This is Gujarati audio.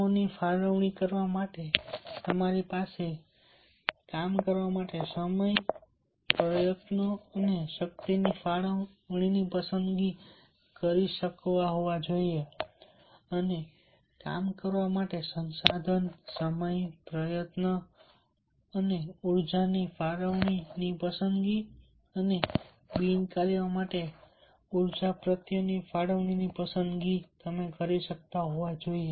નોની ફાળવણી કરવા માટે તમારી પાસે કામ કરવા માટે તમારા સમય પ્રયત્નો અને શક્તિની ફાળવણીની પસંદગી છે અને કામ કરવા માટે સંસાધન સમય પ્રયત્ન અને ઊર્જાની ફાળવણીની પસંદગી અને બિન કાર્ય માટે ઊર્જા પ્રયત્નોની ફાળવણીની પસંદગી છે